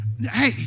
Hey